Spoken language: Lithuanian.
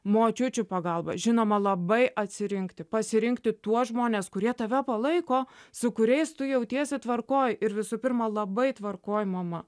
močiučių pagalba žinoma labai atsirinkti pasirinkti tuos žmones kurie tave palaiko su kuriais tu jautiesi tvarkoj ir visų pirma labai tvarkoj mama